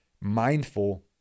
mindful